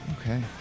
Okay